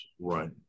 Right